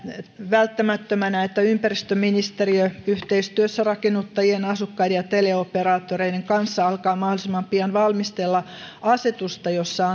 välttämättömänä että ympäristöministeriö yhteistyössä rakennutta jien asukkaiden ja teleoperaattoreiden kanssa alkaa mahdollisimman pian valmistella asetusta jossa